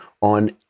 on